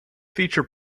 feature